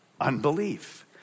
unbelief